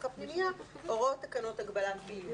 הפנימייה הוראות ותקנות הגבלת פעילות'.